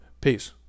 Peace